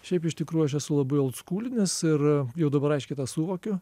šiaip iš tikrųjų aš esu labai oldskūlinis ir jau dabar aiškiai tą suvokiu